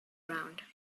round